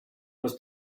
was